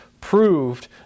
proved